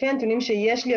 לפי הנתונים שיש לי,